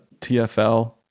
tfl